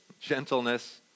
gentleness